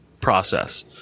process